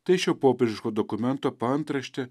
tai šio popiežiško dokumento paantraštė